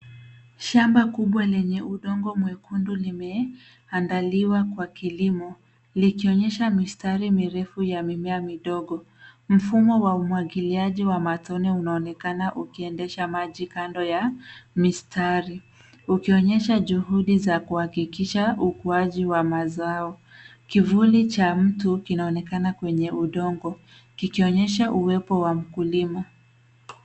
Shamba kubwa lenye udongo mwekundu limeandaliwa kwa kilimo likionyesha mistari mirefu ya mimea midogo. Mfumo wa umwagiliaji wa matone unaonekana ukiendesha maji kando ya mistari ukionyesha juhudi za kuhakikisha ukuaji wa mazao. Kivuli cha mtu kinaonekana kwenye udongo kikionyesha uwepo wa mkulima.